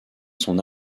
son